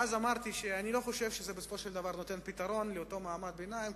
ואז אמרתי שאני לא חושב שזה בסופו של דבר נותן פתרון לאותו מעמד ביניים,